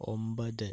ഒമ്പത്